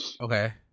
Okay